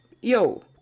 yo